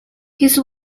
his